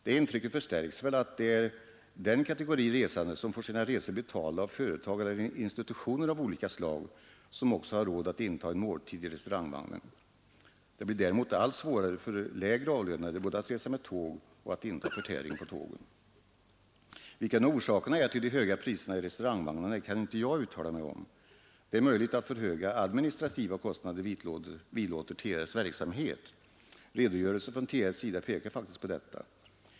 Det intrycket förstärks väl att det är den kategori resande som får sina resor betalda av företag eller institutioner av olika slag som också har råd att inta en måltid i restaurangvagnen. Det blir däremot allt svårare för lägre avlönade både att resa med tåg och att inta förtäring på tågen. Vilka nu orsakerna är till de höga priserna i restaurangvagnarna kan jag inte uttala mig om. Det är möjligt att för höga administrativa kostnader vidlåder TR :s verksamhet. Redogörelser från TR:s sida tyder faktiskt på detta.